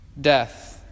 death